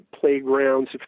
playgrounds